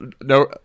no